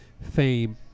fame